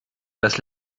das